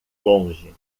longe